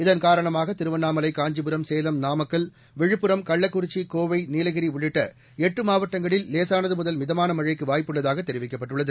இதன் காரணமாக திருவண்ணாமலை காஞ்சிபுரம் சேலம் நாமக்கல் விழுப்புரம் கள்ளக்குறிச்சி கோவை நீலகிரி உள்ளிட்ட எட்டு மாவட்டங்களில் லேசானது முதல் மிதமான மழைக்கு வாய்ப்புள்ளதாக தெரிவிக்கப்பட்டுள்ளது